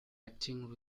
acting